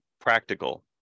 practical